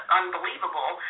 unbelievable